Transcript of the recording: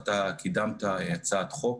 קידמת הצעת חוק,